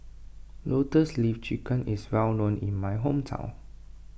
Lotus Leaf Chicken is well known in my hometown